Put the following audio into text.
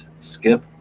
skip